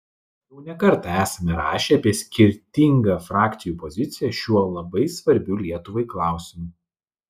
jau ne kartą esame rašę apie skirtingą frakcijų poziciją šiuo labai svarbiu lietuvai klausimu